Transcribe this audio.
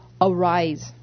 Arise